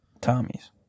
Tommy's